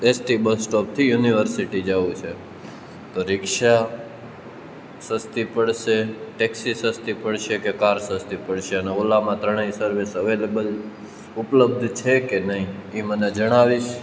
ST bus સ્ટોપથી university જવું છે તો રિક્ષા સસ્તી પડશે ટેક્સી સસ્તી પડશે કે કાર સસ્તી પડશે અને ઓલામાં ત્રણેય સર્વિસ અવેલેબલ ઉપલબ્ધ છેકે નહીં ઈ મને જણાવીશ